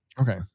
Okay